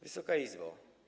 Wysoka Izbo!